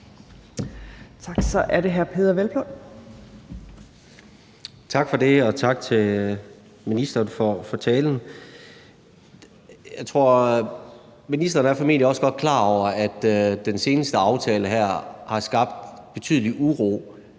Tak for det, og tak til ministeren for talen. Ministeren er formentlig også godt klar over, at den seneste aftale her har skabt betydelig uro